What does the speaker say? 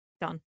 Done